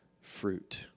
fruit